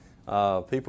People